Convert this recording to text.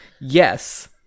Yes